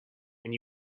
and